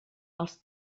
els